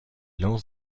lance